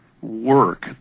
work